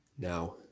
now